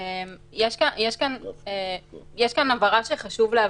יש כאן הבהרה שחשוב להבהיר.